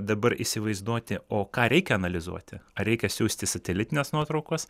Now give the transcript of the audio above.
dabar įsivaizduoti o ką reikia analizuoti ar reikia siųsti satelitinės nuotraukos